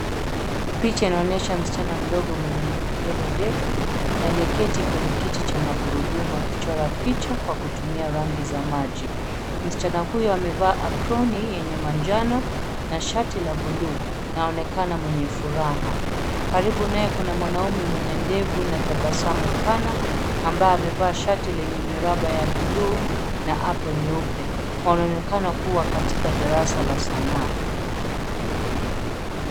Picha inaonyesha msichana mdogo mwenye nywele ndefu na aliyeketi kwenye kiti cha magurudumu akichora picha kwa kutumia rangi za maji. Msichana huyu amevaa aproni yenye manjano na shati la bluu na anaonekana mwenye furaha. Karibu naye kuna mwanaume mwenye ndevu na tabasamu pana, ambaye amevaa shati lenye miraba ya bluu na aproni nyeupe. Wanaonekana kua katika darasa la sanaa.